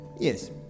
Yes